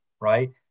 right